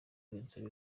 vincent